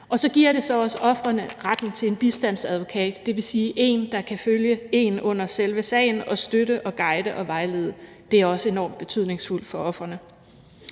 Og så giver det også ofrene retten til en bistandsadvokat, dvs. en, der kan følge en under selve sagen og støtte og guide og vejlede – det er også enormt betydningsfuldt for ofrene.